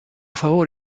favor